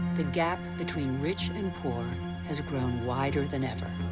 the gap between rich and poor has grown wider than ever.